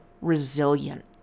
resilient